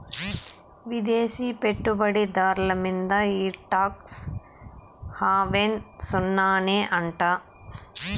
విదేశీ పెట్టుబడి దార్ల మీంద ఈ టాక్స్ హావెన్ సున్ననే అంట